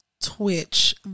twitch